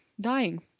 dying